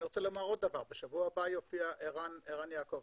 בשבוע הבא יופיע ערן יעקב.